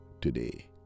today